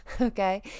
Okay